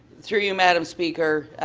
through you, madam speaker,